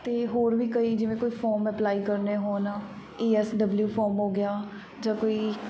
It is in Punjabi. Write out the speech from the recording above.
ਅਤੇ ਹੋਰ ਵੀ ਕਈ ਜਿਵੇਂ ਕੋਈ ਫੋਮ ਅਪਲਾਈ ਕਰਨੇ ਹੋਣ ਏ ਐਸ ਡਬਲਊ ਫੋਮ ਹੋ ਗਿਆ ਜਾਂ ਕੋਈ